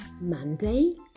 Monday